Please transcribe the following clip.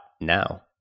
now